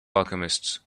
alchemists